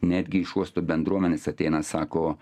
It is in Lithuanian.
netgi iš uosto bendruomenės ateina sako